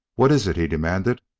what is it? he demanded.